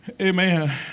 Amen